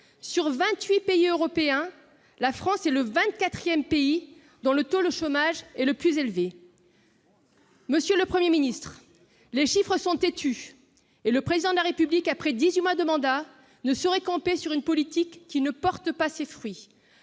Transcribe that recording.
pays européens, la France est vingt-quatrième pour le taux de chômage. Monsieur le Premier ministre, les chiffres sont têtus et le Président de la République, après dix-huit mois de mandat, ne saurait camper sur une politique qui ne porte pas ses fruits.